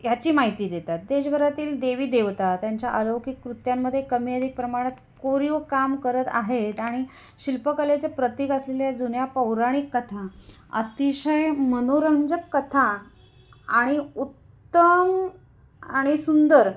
ह्याची माहिती देतात देशभरातील देवी देवता त्यांच्या अलौकिक कृत्यांमध्ये कमीअधीक प्रमाणात कोरीव काम करत आहेत आणि शिल्पकलेचे प्रतीक असलेल्या जुन्या पौराणिक कथा अतिशय मनोरंजक कथा आणि उत्तम आणि सुंदर